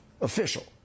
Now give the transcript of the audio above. official